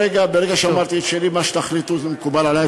ברגע שאמרתי את שלי, מה שתחליטו מקובל עלי.